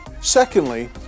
Secondly